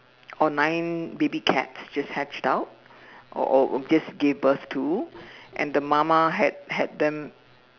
or nine baby cats just hatched out or or just give birth to and the mama had had them